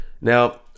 Now